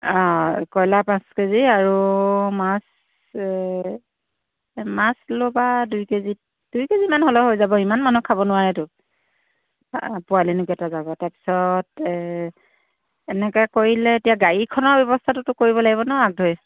অঁ কয়লাৰ পাঁচ কেজি আৰু মাছ এই মাছ ল'বা দুই কেজি দুই কেজিমান ল'লে হৈ যাব ইমান মানুহে খাব নোৱাৰেতো পোৱালিনো কেইটা যাব তাৰ পিছত এনেকৈ কৰিলে এতিয়া গাড়ীখনৰ ব্যৱস্থাটোতো কৰিব লাগিব ন আগধৰি